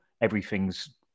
Everything's